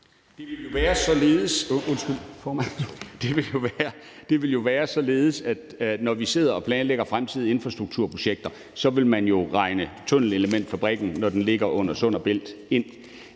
Det vil være således, at når vi sidder og planlægger fremtidige infrastrukturprojekter, vil man jo regne tunnelelementfabrikken, når den ligger under Sund & Bælt, ind.